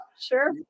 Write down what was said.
Sure